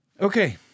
Okay